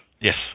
yes